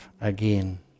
again